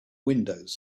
windows